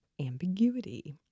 ambiguity